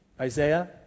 Isaiah